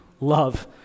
love